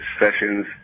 sessions